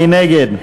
מי נגד?